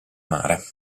mare